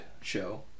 show